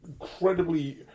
incredibly